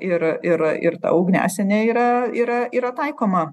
ir ir ir ta ugniasienė yra yra yra taikoma